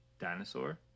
dinosaur